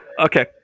Okay